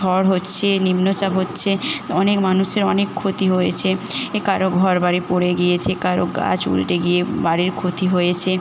ঝড় হচ্ছে নিম্নচাপ হচ্ছে অনেক মানুষের অনেক ক্ষতি হয়েছে এ কারো ঘর বাড়ি পড়ে গিয়েছে কারো গাছ উল্টে গিয়ে বাড়ির ক্ষতি হয়েছে